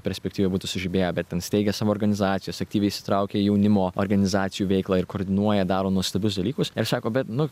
perspektyvoj būtų sužibėję bet ten steigia savo organizacijas aktyviai įsitraukia į jaunimo organizacijų veiklą ir koordinuoja daro nuostabius dalykus ir sako bet nu